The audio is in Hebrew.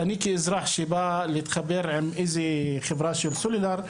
שאני כאזרח שבא להתחבר עם איזה חברה של סלולר,